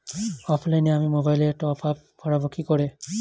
অফলাইনে আমি মোবাইলে টপআপ ভরাবো কি করে?